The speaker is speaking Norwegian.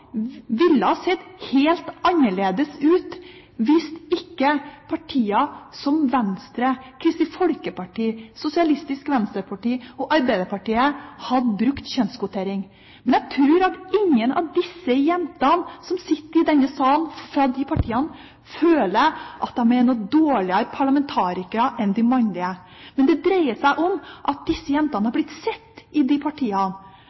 ville ha sett helt annerledes ut hvis ikke partier som Venstre, Kristelig Folkeparti, Sosialistisk Venstreparti og Arbeiderpartiet hadde brukt kjønnskvotering. Men jeg tror at ingen av de jentene som sitter i denne salen fra de partiene, føler at de er noen dårligere parlamentarikere enn de mannlige. Men det dreier seg om at disse jentene har blitt sett i disse partiene.